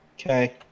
Okay